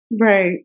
Right